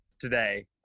today